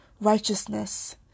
righteousness